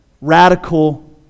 radical